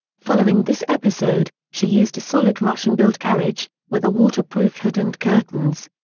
following this episode, she used a solid russian-built carriage, with a waterproof hood and curtains.